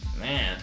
Man